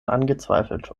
angezweifelt